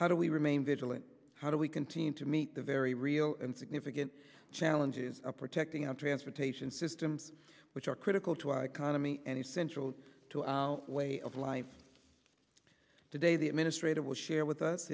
how do we remain vigilant how do we continue to meet the very real and significant challenges of protecting our transportation systems which are critical to our economy and essential to allow way of life today the administrator will share with us